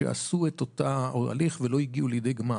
שעשו את אותו הליך ולא הגיעו לידי גמר,